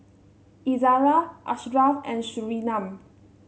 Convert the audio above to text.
Izzara Ashraf and Surinam